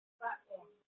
platform